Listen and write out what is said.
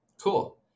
Cool